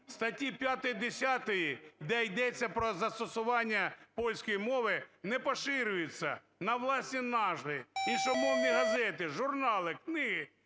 статті 5, 10-ї, де йдеться про застосування польської мови, не поширюється на власні назви, іншомовні газети, журнали, книги,